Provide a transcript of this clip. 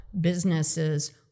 businesses